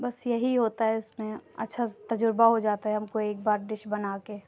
بس یہی ہوتا ہے اِس میں اچھا تجربہ ہو جاتا ہے ہم کو ایک بار ڈش بنا کے